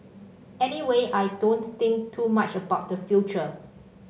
anyway I don't think too much about the future